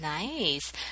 Nice